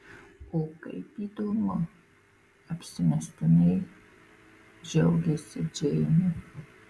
o kaip įdomu apsimestinai džiaugėsi džeinė